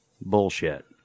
bullshit